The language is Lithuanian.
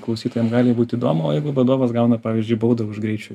klausytojam gali būt įdomu o jeigu vadovas gauna pavyzdžiui baudą už greičio